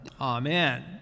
Amen